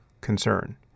concern